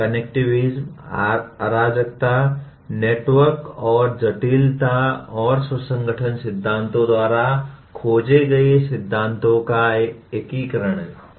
connectivism अराजकता network और जटिलता और स्व संगठन सिद्धांतों द्वारा खोजे गए सिद्धांतों का एकीकरण है